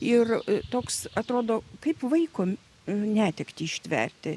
ir toks atrodo kaip vaiko netektį ištverti